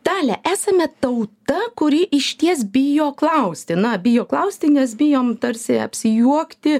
dalia esame tauta kuri išties bijo klausti na bijo klausti nes bijom tarsi apsijuokti